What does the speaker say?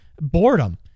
Boredom